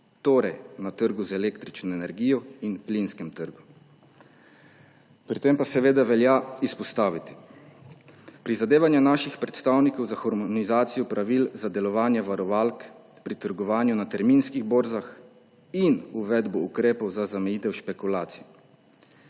trgih: na trgu z električno energijo in plinskem trgu. Pri tem pa seveda velja izpostaviti prizadevanja naših predstavnikov za harmonizacijo pravil za delovanje varovalk pri trgovanju na terminskih borzah in uvedbo ukrepov za zamejitev špekulacij